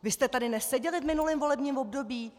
Vy jste tady neseděli v minulém volebním období?